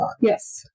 Yes